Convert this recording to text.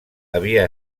havia